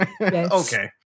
Okay